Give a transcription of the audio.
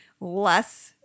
less